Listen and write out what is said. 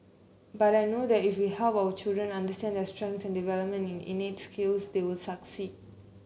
but I know that if we help our children understand their strengths and development in innate skills they will succeed